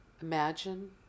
Imagine